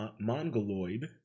mongoloid